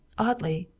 oddly,